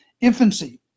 infancy